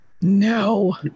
No